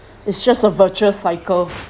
it's just a virtuous cycle